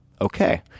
Okay